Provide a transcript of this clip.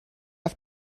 auf